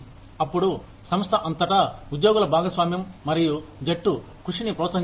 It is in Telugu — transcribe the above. అప్పుడు సంస్థ అంతటా ఉద్యోగుల భాగస్వామ్యం మరియు జట్టు కృషిని ప్రోత్సహిస్తారు